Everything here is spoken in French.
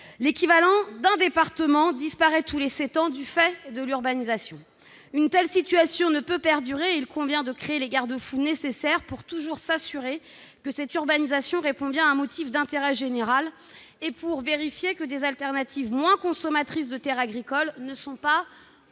L'équivalent d'un département disparaît tous les sept ans du fait de l'urbanisation. Une telle situation ne peut perdurer. Il convient de créer les garde-fous nécessaires pour s'assurer que cette urbanisation répond bien à un motif d'intérêt général et vérifier que des alternatives moins consommatrices de terres agricoles ne sont pas